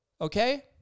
okay